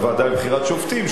הוועדה לבחירת שופטים,